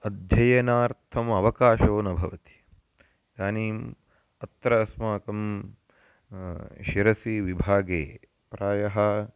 अध्ययनार्थमवकाशो न भवति इदानीं तत्र अस्माकं शिरसिविभागे प्रायः